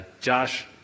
Josh